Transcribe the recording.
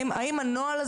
האם הנוהל,